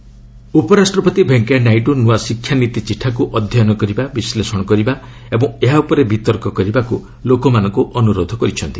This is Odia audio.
ନାଇଡୁ ଏଜୁକେସନ୍ ଉପରାଷ୍ଟ୍ରପତି ଭେଙ୍କିୟା ନାଇଡୁ ନୂଆ ଶିକ୍ଷାନୀତି ଚିଠାକୁ ଅଧ୍ୟୟନ କରିବା ବିଶ୍ଳେଷଣ କରିବା ଓ ଏହା ଉପରେ ବିତର୍କ କରିବାକୁ ଲୋକମାନଙ୍କୁ ଅନୁରୋଧ କରିଛନ୍ତି